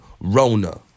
Rona